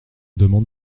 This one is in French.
demande